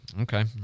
okay